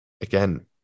again